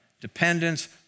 Dependence